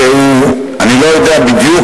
אני לא יודע בדיוק,